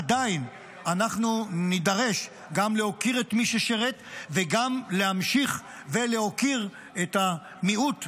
עדיין אנחנו נידרש גם להוקיר את מי ששירת וגם להמשיך ולהוקיר את המיעוט,